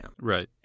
Right